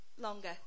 longer